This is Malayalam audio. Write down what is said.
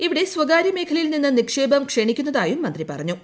ഇവിടെ സ്വകാര്യ മേഖലയിൽ നിന്ന് നിക്ഷേപം ക്ഷണിക്കുന്നതായും മന്ത്രി പറഞ്ഞു